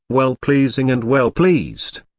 well-pleasing and well-pleased!